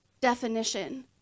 Definition